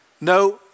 no